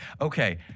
Okay